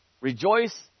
Rejoice